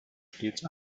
stets